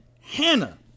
Hannah